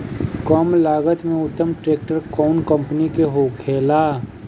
कम लागत में उत्तम ट्रैक्टर कउन कम्पनी के होखेला?